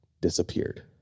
disappeared